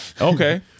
Okay